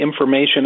Information